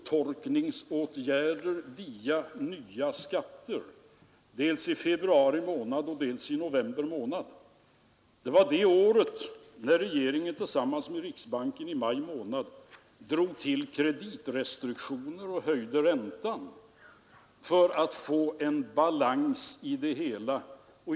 Men det är sannerligen inte riktigt 1972 och 1973! Tidningarna har varit fulla av intressanta hörnartiklar av rader av ekonomiska experter.